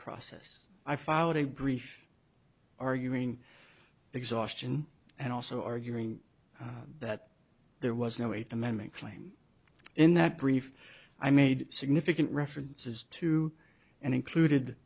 process i filed a brief arguing exhaustion and also arguing that there was no eighth amendment claim in that brief i made significant references to and included